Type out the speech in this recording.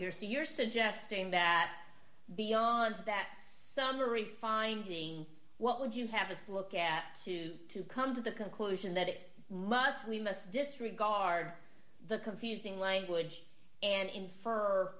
here so you're suggesting that beyond that summary finding what would you have this look at to to come to the conclusion that it must we must disregard the confusing language and